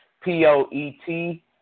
P-O-E-T